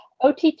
OTT